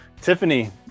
Tiffany